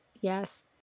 Yes